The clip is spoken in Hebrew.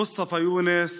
מוסטפא יונס,